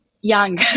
young